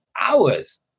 hours